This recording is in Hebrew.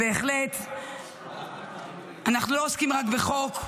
בהחלט אנחנו לא עוסקים רק בחוק,